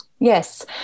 Yes